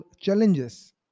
challenges